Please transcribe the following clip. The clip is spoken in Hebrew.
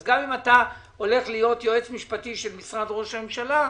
גם אם אתה הולך להיות יועץ משפטי של משרד ראש הממשלה,